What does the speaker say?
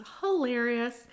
hilarious